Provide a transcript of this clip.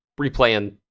replaying